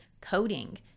coding